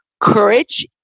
courage